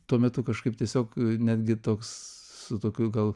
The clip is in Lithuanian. tuo metu kažkaip tiesiog netgi toks su tokiu gal